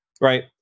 right